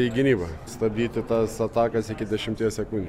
į gynybą stabdyti tas atakas iki dešimties sekundžių